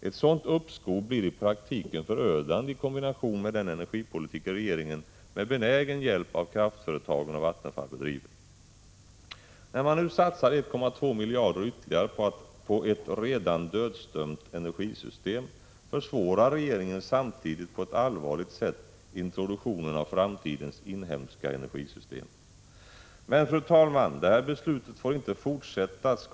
Ett sådant uppskov blir i praktiken förödande i kombination med den energipolitik regeringen, med benägen hjälp av kraftföretagen och Vattenfall, bedriver. När man nu satsar 1,2 miljarder ytterligare på ett redan dödsdömt energisystem, försvårar man samtidigt på ett allvarligt sätt introduktionen av framtidens inhemska energisystem. Men, fru talman, det här beslutet får inte fortsätta att skapa uppgivenhet 81 Prot.